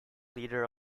leader